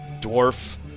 Dwarf